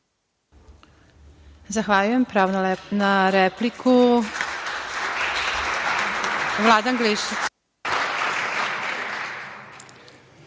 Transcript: Zahvaljujem. Pravo na repliku Vladan Glišić.